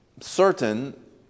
certain